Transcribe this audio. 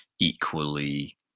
equally